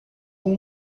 com